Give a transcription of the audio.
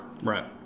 Right